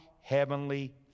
heavenly